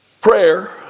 Prayer